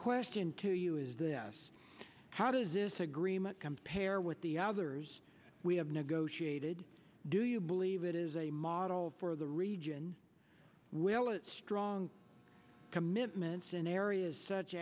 question to you is this how does this agreement compare with the others we have negotiated do you believe it is a model for the region will it strong commitments in areas such